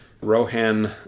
Rohan